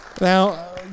Now